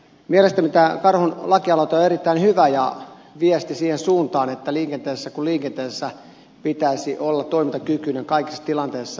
mielestäni tämä karhun lakialoite on erittäin hyvä ja viesti siihen suuntaan että liikenteessä kuin liikenteessä pitäisi olla toimintakykyinen kaikissa tilanteissa